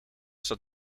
zat